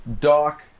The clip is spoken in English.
dock